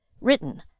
Written